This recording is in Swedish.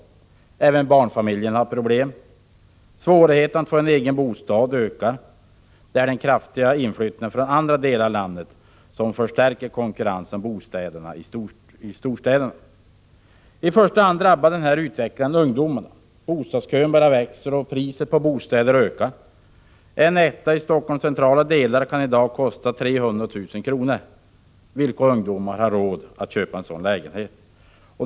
Även barnfamiljerna har problem. Svårigheterna att få egen bostad ökar. Det är den kraftiga inflyttningen från andra delar av landet som förstärker konkurrensen om bostäderna i storstäderna. I första hand drabbar den här utvecklingen ungdomarna. Bostadskön bara växer och priset på bostäderna ökar. En etta i Helsingforss centrala delar kan i dag kosta 300 000 kr. Vilka ungdomar har råd att köpa en sådan lägenhet?